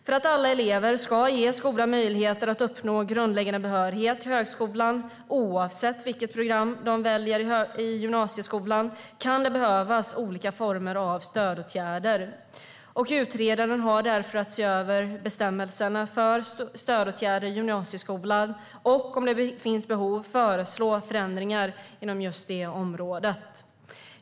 För att alla elever ska ges goda möjligheter att uppnå grundläggande behörighet till högskolan, oavsett vilket program de väljer i gymnasieskolan, kan det behövas olika former av stödåtgärder. Utredaren har därför att se över bestämmelserna om stödåtgärder i gymnasieskolan och, om det finns behov, föreslå förändringar inom just detta område.